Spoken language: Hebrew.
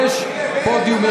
יש פודיום,